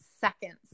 seconds